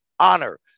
Honor